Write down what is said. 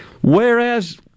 Whereas